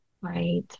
Right